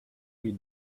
you